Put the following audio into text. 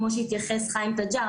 כמו שהתייחס חיים תג'ר,